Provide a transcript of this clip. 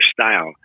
style